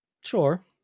Sure